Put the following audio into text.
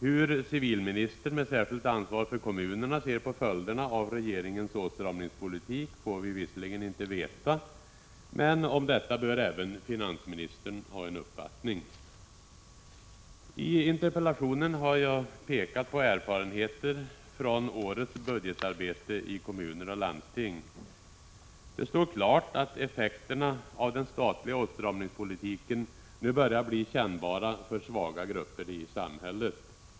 Hur civilministern, med särskilt ansvar för kommunerna, ser på följderna av regeringens åtstramningspolitik får vi visserligen inte veta, men om detta bör även finansministern ha en uppfattning. I interpellationen har jag pekat på erfarenheterna från årets budgetarbete i kommuner och landsting. Det står klart att effekterna av den statliga åtstramningspolitiken nu börjar bli kännbara för svaga grupper i samhället.